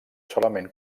solament